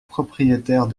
propriétaires